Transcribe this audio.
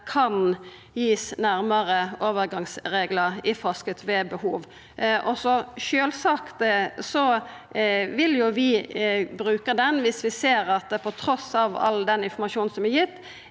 kan gis nærare overgangsreglar i forskrift ved behov. Sjølvsagt vil vi bruka han, om vi ser at det trass i all den informasjonen som er gitt,